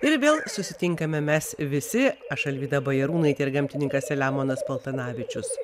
ir vėl susitinkame mes visi aš alvyda bajarūnaitė ir gamtininkas selemonas paltanavičius